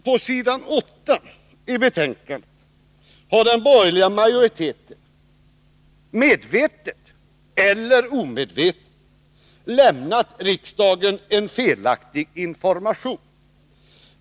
På s. 8 i betänkandet har den borgerliga majoriteten, medvetet eller omedvetet, lämnat en felaktig information.